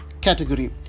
category